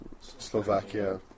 Slovakia